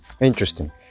Interesting